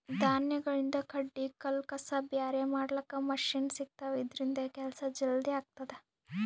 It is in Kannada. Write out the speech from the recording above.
ಧಾನ್ಯಗಳಿಂದ್ ಕಡ್ಡಿ ಕಲ್ಲ್ ಕಸ ಬ್ಯಾರೆ ಮಾಡ್ಲಕ್ಕ್ ಮಷಿನ್ ಸಿಗ್ತವಾ ಇದ್ರಿಂದ್ ಕೆಲ್ಸಾ ಜಲ್ದಿ ಆಗ್ತದಾ